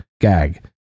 gag